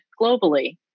globally